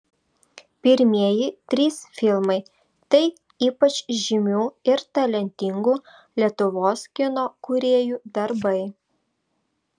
pirmieji trys filmai tai ypač žymių ir talentingų lietuvos kino kūrėjų darbai